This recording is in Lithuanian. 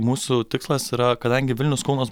mūsų tikslas yra kadangi vilnius kaunas